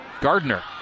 Gardner